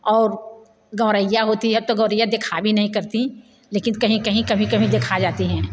और गौरैया होती है तो गौरैया देखा भी नहीं करतीं लेकिन कहीं कहीं कभी कभी देखा जाती हैं